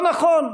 זה לא נכון.